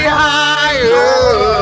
higher